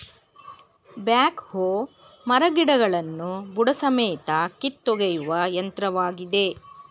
back ಹೋ ಮರಗಿಡಗಳನ್ನು ಬುಡಸಮೇತ ಕಿತ್ತೊಗೆಯುವ ಯಂತ್ರವಾಗಿದೆ